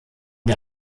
der